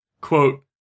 quote